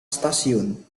stasiun